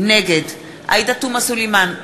נגד עאידה תומא סלימאן,